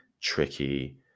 tricky